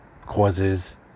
causes